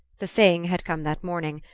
the thing had come that morning,